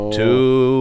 two